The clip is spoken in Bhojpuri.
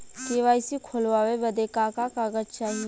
के.वाइ.सी खोलवावे बदे का का कागज चाही?